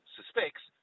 suspects